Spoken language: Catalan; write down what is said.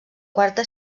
quarta